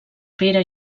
pere